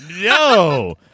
No